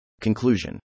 Conclusion